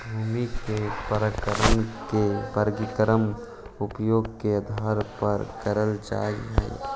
भूमि के प्रकार के वर्गीकरण उपयोग के आधार पर कैल जा हइ